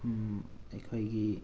ꯑꯩꯈꯣꯏꯒꯤ